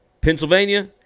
Pennsylvania